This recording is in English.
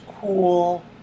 cool